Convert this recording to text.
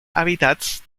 hábitats